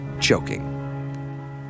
choking